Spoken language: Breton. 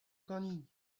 ganin